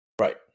Right